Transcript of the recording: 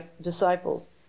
disciples